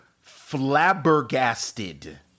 flabbergasted